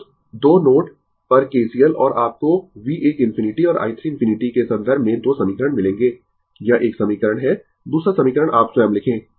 Refer Slide Time 1937 उस 2 node पर KCL और आपको V 1 ∞ और i 3 ∞ के संदर्भ में 2 समीकरण मिलेंगें यह एक समीकरण है दूसरा समीकरण आप स्वयं लिखे